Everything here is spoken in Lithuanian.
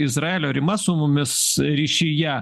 izraelio rima su mumis ryšyje